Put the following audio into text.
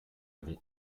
avons